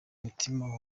mutima